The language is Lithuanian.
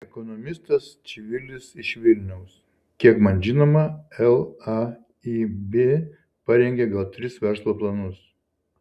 ekonomistas čivilis iš vilniaus kiek man žinoma laib parengė gal tris verslo planus